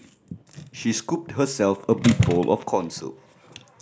she scooped herself a big bowl of corn soup